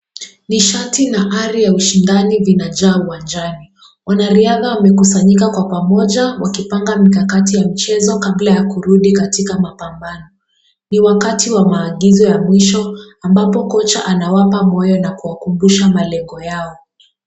Nishati na ari ya ushindani vinajaa uwanjani. Wanariadha wamekusanyika kwa pamoja wakipanga mikakati ya michezo kabla ya kurudi katika mapambano. Ni wakati wa maagizo ya mwisho ambapo kocha ana wapa moyo na kuwakumbusha malengo yao.